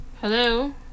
Hello